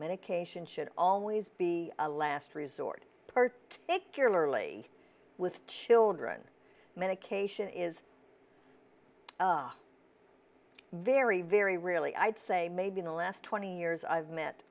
medication should always be a last resort particularly with children medication is very very rarely i'd say maybe the last twenty years i've met